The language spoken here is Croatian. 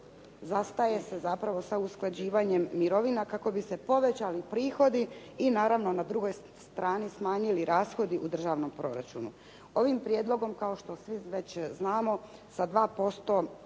zastaje se zapravo sa usklađivanjem mirovina kako bi se povećali prihodi i naravno na drugoj strani smanjili rashodi u državnom proračunu. Ovim prijedlogom, kao što svi već znamo, po